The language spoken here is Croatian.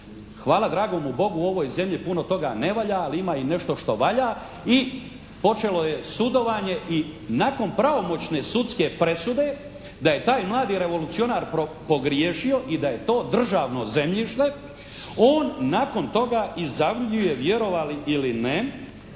Hvala dragomu Bogu u ovoj zemlji puno toga ne valja, ali ima i nešto što valja i počelo je sudovanje i nakon pravomoćne sudske presude da je taj mladi revolucionar pogriješio i da je to državno zemljište, on nakon toga izjavljuje vjerovali ili ne,